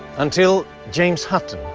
until james hutton,